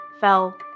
fell